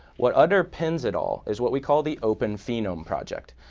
what underpins it all is what we call the open phenome project.